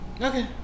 Okay